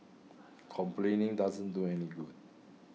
complaining doesn't do any good